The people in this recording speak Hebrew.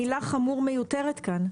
המילה "חמור" מיותרת כאן.